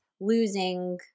losing